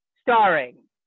starring